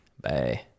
bye